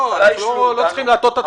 לא צריכים להטעות את הציבור.